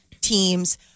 teams